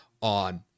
on